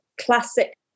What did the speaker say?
classic